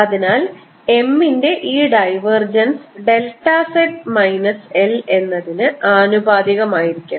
അതിനാൽ M ന്റെ ഈ divergence delta z minus L എന്നതിന് ആനുപാതികമായിരിക്കണം